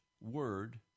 word